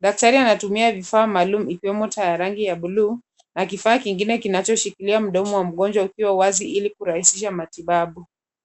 Daktari anatumia vifaa maalumu ikiwemo taa ya bluu na kifaa kingine kinachoshikilia mdomo wa mgonjwa ukiwa wazi ili kurahisisha matibabu.